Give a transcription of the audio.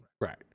Right